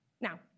Now